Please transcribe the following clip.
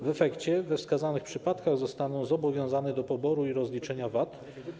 W efekcie we wskazanych przypadkach zostaną one zobowiązane do poboru i rozliczenia VAT.